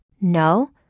No